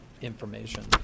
information